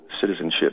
Citizenship